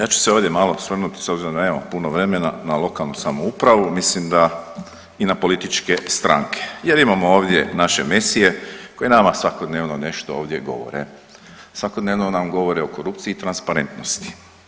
Ja ću se ovdje malo osvrnuti s obzirom da nemamo puno vremena na lokalnu samoupravu, mislim da i na političke stranke jer imamo ovdje naše mesije koji nama svakodnevno nešto ovdje govore, svakodnevno nam govore o korupciji i transparentnosti.